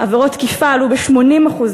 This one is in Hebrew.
עבירות תקיפה עלו ב-80%,